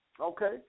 Okay